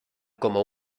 como